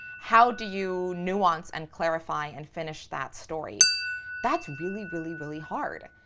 how do you nuance and clarify and finish that story that's really, really, really hard.